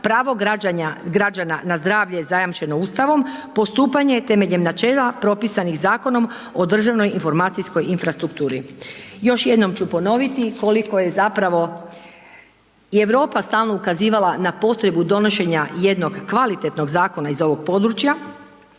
pravo građana na zdravlje zajamčeno Ustavom, postupanje temeljem načela propisanih Zakonom o državnoj informacijskoj infrastrukturi. Još jednom ću ponoviti koliko je zapravo i Europa stalno ukazivala na potrebu donošenja jednog kvalitetnog zakona iz ovog područja